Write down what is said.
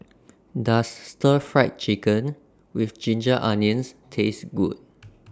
Does Stir Fried Chicken with Ginger Onions Taste Good